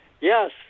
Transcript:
Yes